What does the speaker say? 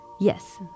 Yes